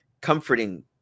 comforting